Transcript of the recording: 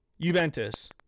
Juventus